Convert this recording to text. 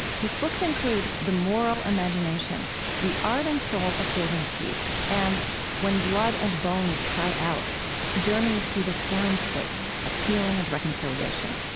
his books include the moral imagination the art and soul of building peace and when blood and bones cry out journeys through the soundscape of healing and reconciliation